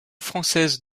française